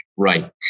Right